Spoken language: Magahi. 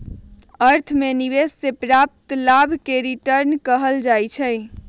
अर्थ में निवेश से प्राप्त लाभ के रिटर्न कहल जाइ छइ